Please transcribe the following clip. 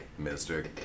Mr